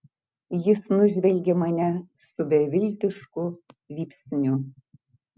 jis nužvelgė mane su beviltišku vypsniu